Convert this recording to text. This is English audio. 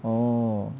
oh